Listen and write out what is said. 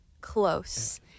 close